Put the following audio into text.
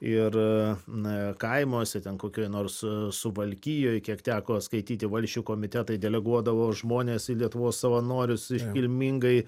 ir na kaimuose ten kokioj nors suvalkijoj kiek teko skaityti valsčių komitetai deleguodavo žmones į lietuvos savanorius iškilmingai